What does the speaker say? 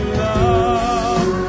love